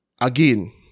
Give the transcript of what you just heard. again